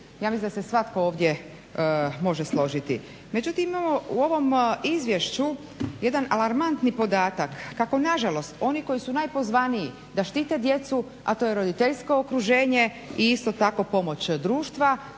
ja mislim da se svatko ovdje može složiti. Međutim imamo u ovom izvješću jedan alarmantni podatak kako nažalost oni koji su najpozvaniji da štite djecu a to je roditeljsko okruženje i isto tako pomoć društva,